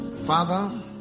Father